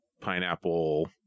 pineapple